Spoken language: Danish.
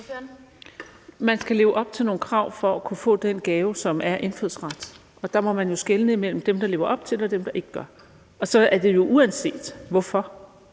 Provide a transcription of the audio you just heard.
Man skal leve op til nogle krav for at kunne få den gave, som indfødsretten er, og der må man jo skelne mellem dem, der lever op til kravene, og dem, der ikke gør, og det er så uanset hvorfor.